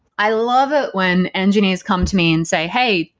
i love it when engineers come to me and say, hey,